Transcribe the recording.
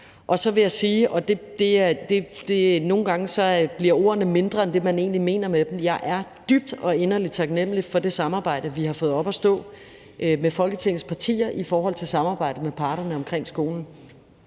Så vil jeg sige, og nogle gange bliver ordene mindre end det, man egentlig mener med dem: Jeg er dybt og inderligt taknemmelig for det samarbejde, vi har fået op at stå med Folketingets partier, om at samarbejde med parterne omkring skolen.